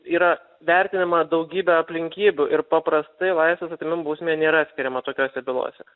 yra vertinama daugybė aplinkybių ir paprastai laisvės atėmimo bausmė nėra atskiriama tokiose bylose